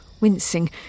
wincing